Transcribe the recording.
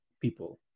people